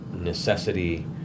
necessity